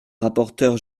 rapporteure